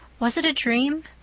was it a dream?